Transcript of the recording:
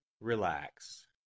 Relax